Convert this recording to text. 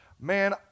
man